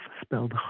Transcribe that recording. spelled